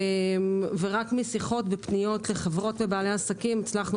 ורק משיחות ופניות לחברות ובעלי עסקים הצלחנו